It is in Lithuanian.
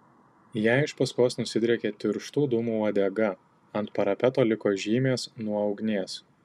jai iš paskos nusidriekė tirštų dūmų uodega ant parapeto liko žymės nuo ugnies